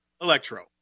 Electro